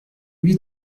lui